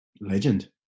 legend